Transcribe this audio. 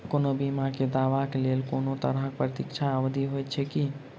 कोनो बीमा केँ दावाक लेल कोनों तरहक प्रतीक्षा अवधि होइत छैक की?